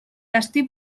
destí